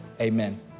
Amen